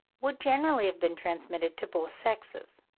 would generally have been transmitted to both sexes.